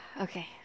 Okay